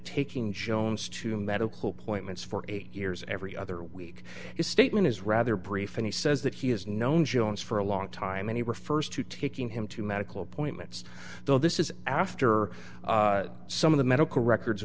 taking jones to medical points for eight years every other week his statement is rather brief and he says that he has known jones for a long time and he refers to taking him to medical appointments though this is after some of the medical records